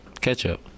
Ketchup